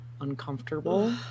Uncomfortable